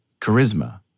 Charisma